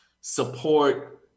support